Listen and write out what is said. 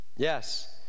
Yes